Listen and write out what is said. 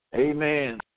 Amen